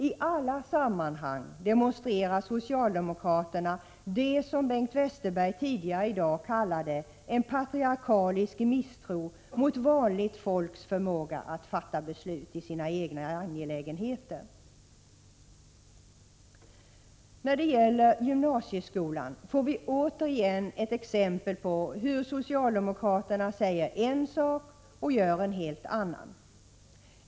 I alla sammanhang demonstrerar socialdemokraterna det som Bengt Westerberg tidigare i dag kallade en patriarkalisk misstro mot vanligt folks förmåga att fatta beslut i sina egna angelägenheter. När det gäller gymnasieskolan får vi återigen ett exempel på hur socialdemokraterna säger en sak och gör en helt annan.